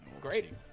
Great